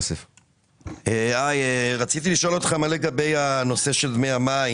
מה לגבי הנושא של דמי המים?